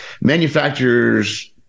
Manufacturers